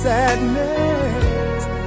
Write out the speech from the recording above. Sadness